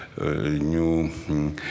new